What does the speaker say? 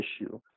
issue